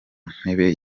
ntebe